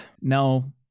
no